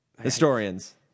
Historians